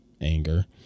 anger